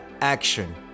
action